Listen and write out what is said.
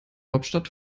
hauptstadt